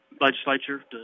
legislature